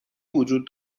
وجود